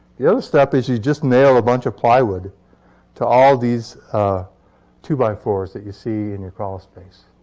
the other step is you just nail a bunch of plywood to all these two by four s that you see in your crawlspace.